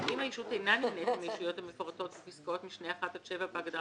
אם הישות אינה נמנית עם הישויות המפורטות בפסקאות (1) עד (7) בהגדרה